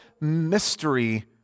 mystery